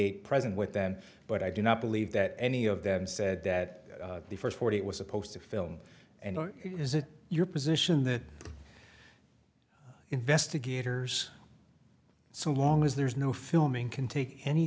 eight present with them but i do not believe that any of them said that the first forty eight was opposed to film and or is it your position that investigators so long as there is no filming can take any